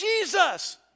Jesus